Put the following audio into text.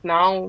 now